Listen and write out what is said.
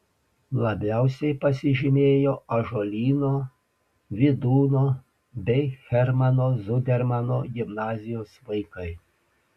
labiausiai pasižymėjo ąžuolyno vydūno bei hermano zudermano gimnazijos vaikai